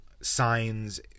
Signs